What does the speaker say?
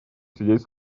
сидеть